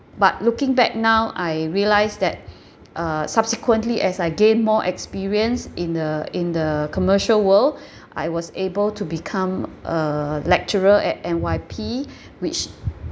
but looking back now I realise that uh subsequently as I gain more experience in the in the commercial world I was able to become a lecturer at N_Y_P which